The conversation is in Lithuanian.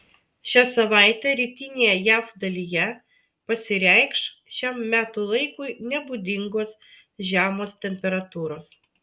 šią savaitę rytinėje jav dalyje pasireikš šiam metų laikui nebūdingos žemos temperatūros